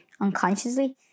unconsciously